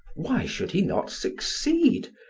why should he not succeed?